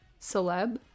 Celeb